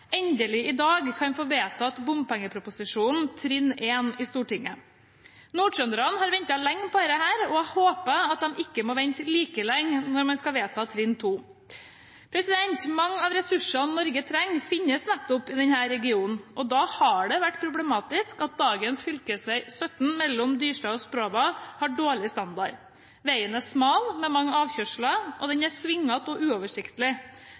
endelig i dag kan få vedtatt bompengeproposisjonen, trinn 1, i Stortinget. Nordtrønderne har ventet lenge på dette. Jeg håper de ikke må vente like lenge på å få vedtatt trinn 2. Mange av de ressursene Norge trenger, finnes i nettopp denne regionen, og det har vært problematisk at dagens fv. 17 mellom Dyrstad og Sprova har dårlig standard. Veien er smal med mange avkjørsler, og den er svingete og uoversiktlig.